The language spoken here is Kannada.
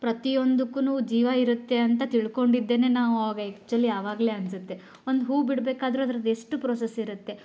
ಪ್ರತಿಯೊಂದಕ್ಕೂ ಜೀವ ಇರುತ್ತೆ ಅಂತ ತಿಳ್ಕೊಂಡಿದ್ದೇನೆ ನಾವು ಅವಾಗ ಆ್ಯಕ್ಟುಲಿ ಆವಾಗಲೇ ಅನ್ನಿಸುತ್ತೆ ಒಂದು ಹೂ ಬಿಡಬೇಕಾದ್ರು ಅದ್ರದ್ದು ಎಷ್ಟು ಪ್ರೋಸೆಸ್ ಇರುತ್ತೆ